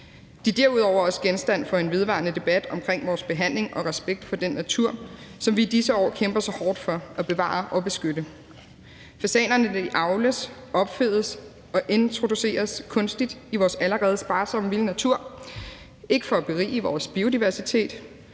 De er derudover også genstand for en vedvarende debat omkring vores behandling og respekt for den natur, som vi i disse år kæmper så hårdt for at bevare og beskytte. Fasanerne avles, opfedes og introduceres kunstigt i vores allerede sparsomme vilde natur, ikke for at berige vores biodiversitet,